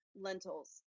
lentils